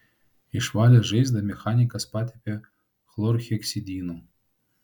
išvalęs žaizdą mechanikas patepė chlorheksidinu